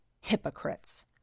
hypocrites